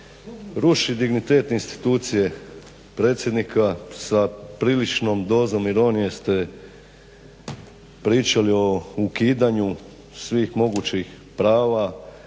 ruši dignitet institucije predsjednika sa priličnom dozom ironije ste pričali o ukidanju svih mogućih prava.